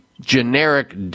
generic